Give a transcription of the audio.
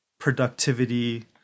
productivity